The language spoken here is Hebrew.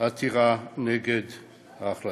עתירה נגד ההחלטה.